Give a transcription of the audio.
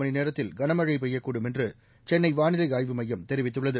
மணிநேரத்தில் களமழை பெய்யக்கூடும் என்று சென்னை வானிலை ஆய்வு மையம் தெரிவித்துள்ளது